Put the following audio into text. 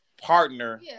partner